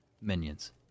Minions